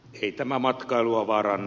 ei tämä matkailua vaaranna